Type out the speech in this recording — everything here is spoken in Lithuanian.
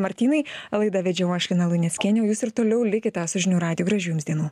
martynai laidą vedžiau aš lina luneckienė o jūs ir toliau likite su žinių radiju gražių jums dienų